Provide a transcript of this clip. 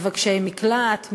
מבקשי מקלט,